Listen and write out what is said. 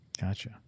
Gotcha